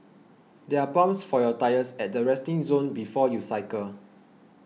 there are pumps for your tyres at the resting zone before you cycle